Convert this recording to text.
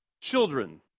children